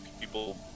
people